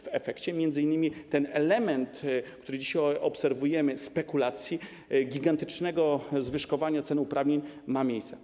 W efekcie m.in. ten element, który dzisiaj obserwujemy, element spekulacji i gigantycznego zwyżkowania cen uprawnień ma miejsce.